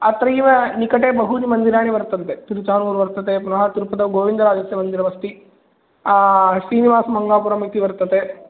अत्रैव निकटे बहूनि मन्दिराणि वर्तन्ते तिरुचानूरु वर्तते पुनः तिरुपतौ गोविन्दराजस्य मन्दिरमस्ति श्रीनिवासमङ्गापुरम् इति वर्तते